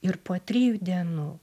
ir po trijų dienų